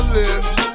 lips